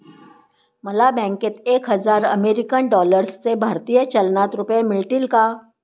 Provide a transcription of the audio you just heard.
मला बँकेत एक हजार अमेरीकन डॉलर्सचे भारतीय चलनात रुपये मिळतील का?